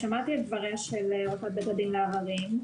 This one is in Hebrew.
שמעתי את דבריה של ראשת בית הדין לעררים,